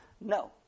no